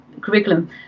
curriculum